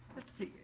let's see.